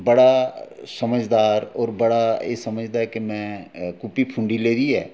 बड़ा समझदार एह् समझदा कि में कुप्पी फुंडी लेदी ऐ पर असल च अजें